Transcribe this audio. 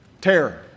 terror